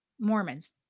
Mormons